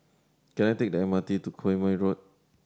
can I take the M R T to Quemoy Road